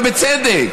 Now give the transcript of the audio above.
ובצדק.